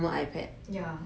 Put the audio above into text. !wow!